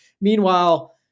Meanwhile